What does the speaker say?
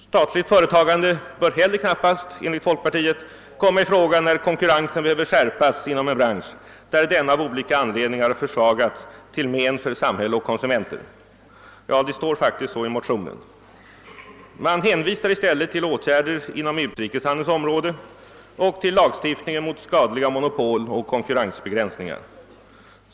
Statligt företagande bör knappast heller enligt folkpartiet komma i fråga när konkurrensen behöver skärpas inom en bransch, där den av olika anledningar försvagats till men för samhälle och konsumenter. Ja, det står faktiskt så i motionen. Man hänvisar i stället till åtgärder inom utrikeshandelns område och till lagstiftningen mot skadliga monopol och konkurrensbegränsningar.